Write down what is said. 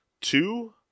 two